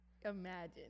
Imagine